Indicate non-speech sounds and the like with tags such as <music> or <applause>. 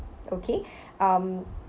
okay <breath> um